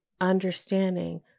understanding